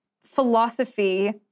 philosophy